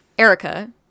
Erica